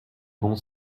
bon